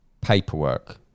paperwork